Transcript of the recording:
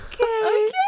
okay